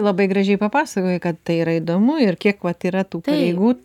labai gražiai papasakojai kad tai yra įdomu ir kiek vat yra tų pareigų